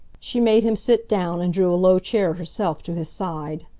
she made him sit down and drew a low chair herself to his side.